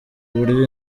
uburyo